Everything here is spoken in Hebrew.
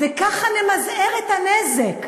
וככה נמזער את הנזק.